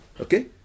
Okay